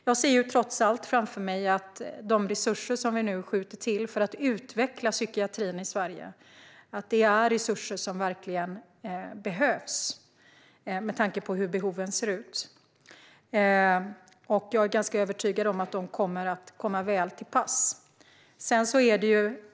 Jag ser trots allt framför mig att de resurser vi nu skjuter till för att utveckla psykiatrin i Sverige är resurser som verkligen behövs med tanke på hur behoven ser ut. Jag är ganska övertygad om att de kommer att komma väl till pass.